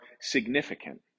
significant